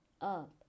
up